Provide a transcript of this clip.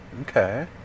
Okay